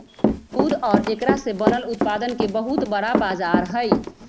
दूध और एकरा से बनल उत्पादन के बहुत बड़ा बाजार हई